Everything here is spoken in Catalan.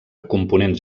components